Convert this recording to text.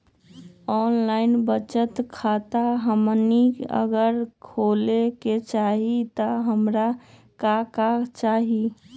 Online बचत खाता हमनी अगर खोले के चाहि त हमरा का का चाहि?